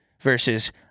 versus